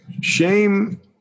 shame